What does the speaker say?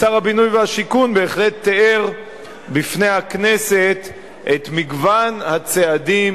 שר הבינוי והשיכון בהחלט תיאר בפני הכנסת את מגוון הצעדים